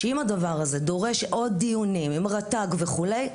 שאם הדבר הזה דורש עוד דיונים עם רט"ג וכו',